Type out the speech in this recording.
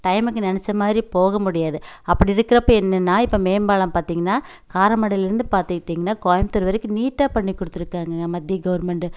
டைமுக்கு நினச்ச மாதிரி போக முடியாது அப்படி இருக்கிறப்ப என்னன்னால் இப்போ மேம்பாலம் பார்த்தீங்கன்னா காரமடையிலிருந்து பார்த்துக்கிட்டிங்கன்னா கோயம்புத்தூர் வரைக்கும் நீட்டாக பண்ணிக் கொடுத்துருக்காங்கங்க மத்திய கவர்மெண்ட்டு